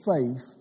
faith